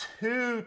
two